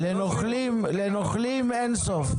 לנוכלים אין סוף.